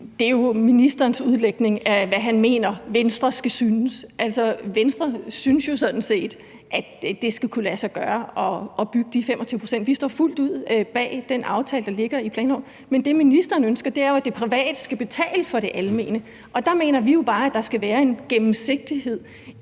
jo er ministerens udlægning af, hvad han mener Venstre skal synes. Venstre synes sådan set, at det skal kunne lade sig gøre at bygge de 25 pct. Vi står fuldt ud bag den aftale, der ligger i planloven, men det, ministeren ønsker, er, at det private skal betale for det almene, og der mener vi jo bare, at der skal være en gennemsigtighed